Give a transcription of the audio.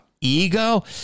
Ego